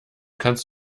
kannst